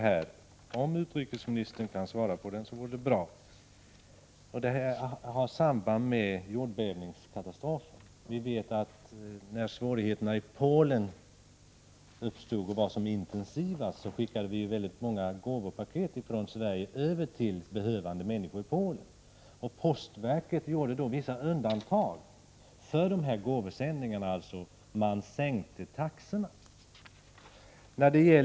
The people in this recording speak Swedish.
Det vore bra om utrikesministern kunde svara på denna fråga, som har samband med jordbävningskatastrofen. När svårigheterna i Polen var som intensivast skickade vi från Sverige många gåvopaket till behövande människor i Polen. Postverket gjorde vissa undantag för dessa gåvosändningar — verket sänkte taxorna.